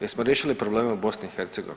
Jesmo riješili probleme u BiH?